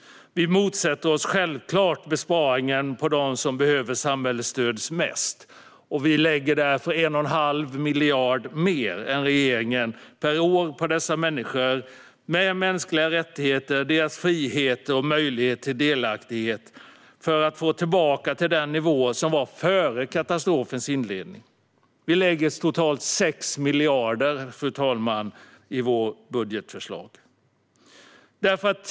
Vi motsätter oss självklart besparingen på dem som behöver samhällets stöd mest. Vi lägger därför 1,5 miljarder mer än regeringen per år på dessa människor för deras mänskliga rättigheter, deras frihet och möjlighet till delaktighet för att nå tillbaka till den nivå som var före katastrofens inledning. Vi lägger totalt 6 miljarder i vårt budgetförslag. Fru talman!